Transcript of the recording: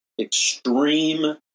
extreme